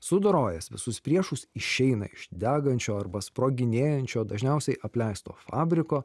sudorojęs visus priešus išeina iš degančio arba sproginėjančio dažniausiai apleisto fabriko